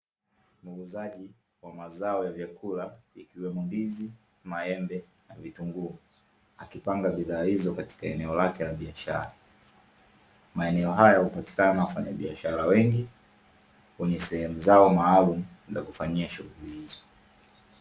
Muuzaji wa mazao ya vyakula ikiwemo ndizi, maembe na vitunguu, akipanga bidhaa hizo katika eneo lake la biashara. Maeneo hayo hupatikana wafanyabiashara wengi wenye sehemu zao maalumu za kufanyia shughuli hizo.